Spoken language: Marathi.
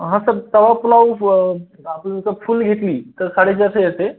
हा सर तवा पुलाव आपणच फुल घेतली तर साडेचारशे आहे ते